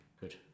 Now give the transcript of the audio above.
Good